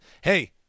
Hey